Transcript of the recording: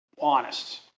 honest